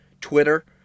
Twitter